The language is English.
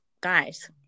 guys